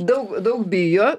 daug daug bijo